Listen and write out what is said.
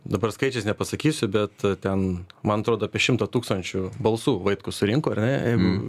dabar skaičiais nepasakysiu bet ten man atrodo apie šimtą tūkstančių balsų vaitkus surinko ar ne jeigu